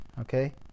Okay